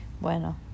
bueno